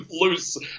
loose